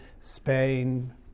Spain